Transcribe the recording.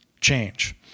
change